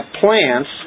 plants